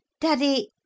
Daddy